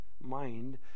mind